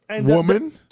Woman